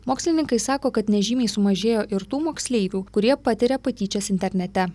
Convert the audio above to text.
mokslininkai sako kad nežymiai sumažėjo ir tų moksleivių kurie patiria patyčias internete